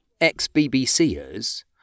ex-BBCers